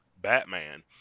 Batman